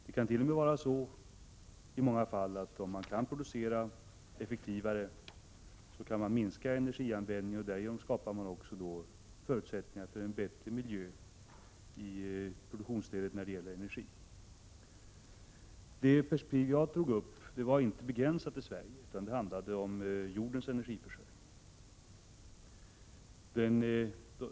Det kan t.o.m. vara så att om man kan producera effektivare kan man minska energianvändningen, och därigenom skapa förutsättningar för en bättre miljö i produktionsledet. Det perspektiv jag drog upp var inte begränsat till Sverige, utan det handlade om jordens energiförsörjning.